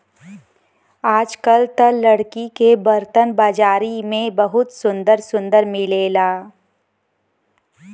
आजकल त लकड़ी के बरतन बाजारी में बहुते सुंदर सुंदर मिलेला